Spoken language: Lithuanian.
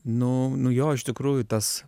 nu nu jo iš tikrųjų tas